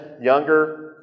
younger